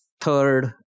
third